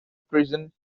prison